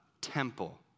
temple